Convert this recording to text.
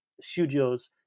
studios